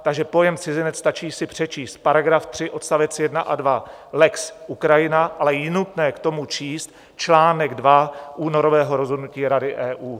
Takže pojem cizinec, stačí si přečíst § 3 odst. 1 a 2 lex Ukrajina, ale je nutné k tomu číst článek 2 únorového rozhodnutí Rady EU.